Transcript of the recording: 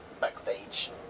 backstage